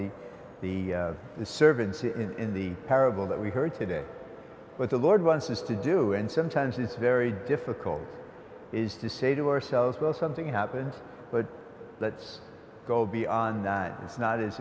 with the the servants in the parable that we heard today but the lord wants us to do and sometimes it's very difficult is to say to ourselves well something happens but let's go beyond this not as